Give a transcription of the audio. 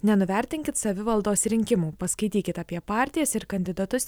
nenuvertinkit savivaldos rinkimų paskaitykit apie partijas ir kandidatus